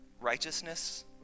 righteousness